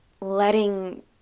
letting